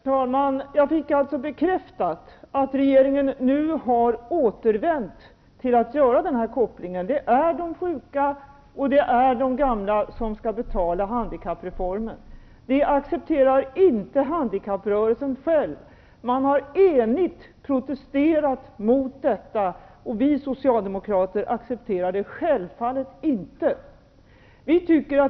Herr talman! Jag fick alltså bekräftat att regeringen nu har återvänt till att göra den här kopplingen. Det är de sjuka och de gamla som skall betala handikappreformen. Det accepterar inte handikapprörelsen själv. Man har enigt protesterat mot detta. Vi socialdemokrater accepterar det självfallet inte.